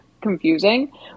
confusing